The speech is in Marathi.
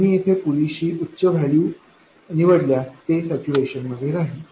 तुम्ही येथे पुरेशी उच्च व्हॅल्यू निवडल्यास ते सॅच्युरेशन मध्ये राहील